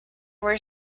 were